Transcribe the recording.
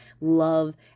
love